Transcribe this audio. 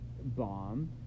bomb